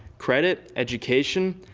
credit, education,